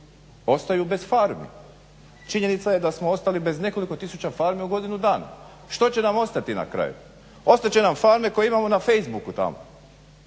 ostaju bez farmi. Činjenica je da smo ostali bez nekoliko tisuća farmi u godinu dana. Što će nam ostati na kraju? Ostati će nam farme koje imamo na facebooku tamo.